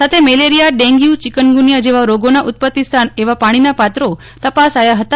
સાથે malaria dengue chikungunya જેવા રોગોના ઉત્પત્તિસ્થાન એવા પાણીના પાત્રો તપાસાયા ફતા